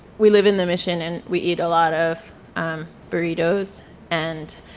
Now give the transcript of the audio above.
we live in the mission, and we eat a lot of burritos and